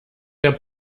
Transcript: der